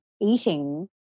eating